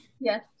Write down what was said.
Yes